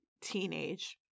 teenage